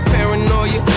Paranoia